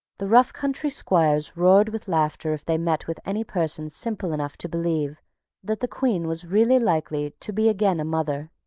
the rough country squires roared with laughter if they met with any person simple enough to believe that the queen was really likely to be again a mother.